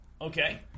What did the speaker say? Okay